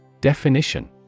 Definition